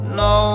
no